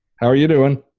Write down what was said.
how are you doin'?